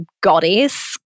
goddess